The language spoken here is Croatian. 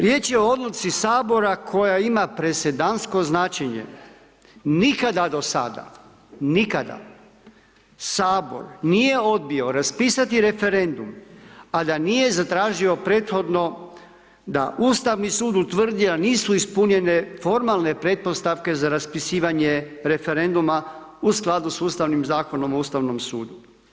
Riječ je o odluci Sabora koja ima presedansko značenje, nikada do sada, nikada Sabor nije odbio raspisati referendum, a da nije zatražio prethodno da Ustavni sud utvrdio nisu ispunjene formalne pretpostavke za raspisivanje referenduma u skladu s Ustavnim zakonom o Ustavnom sudu.